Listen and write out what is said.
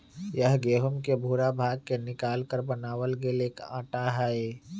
यह गेहूं के भूरा भाग के निकालकर बनावल गैल एक आटा हई